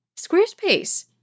Squarespace